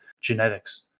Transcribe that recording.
genetics